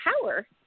power